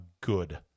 good